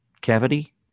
cavity